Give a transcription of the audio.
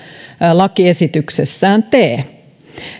lakiesityksessään tee